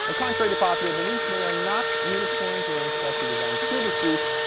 ah contrary to popular belief, they are not unicorns wearing specially-designed scuba suits.